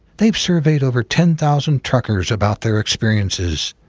they've surveyed over ten thousand truckers about their experiences.